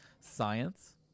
Science